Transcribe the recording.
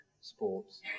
sports